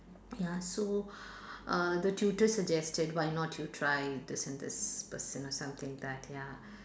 ya so uh the tutor suggested why not you try this and this plus you know something that ya